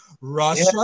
Russia